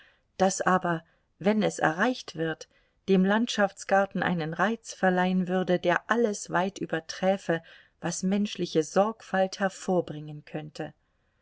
das aber wenn es erreicht wird dem landschaftsgarten einen reiz verleihen würde der alles weit überträfe was menschliche sorgfalt hervorbringen könnte